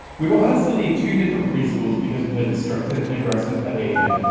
we were asked to leave two different preschools because of her destructive and aggressive behavior.